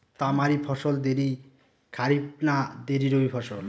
তামারি ফসল দেরী খরিফ না দেরী রবি ফসল?